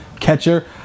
catcher